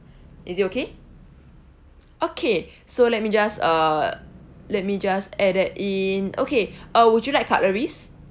is it okay okay so let me just uh let me just add that in okay uh would you like cutleries